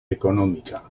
económica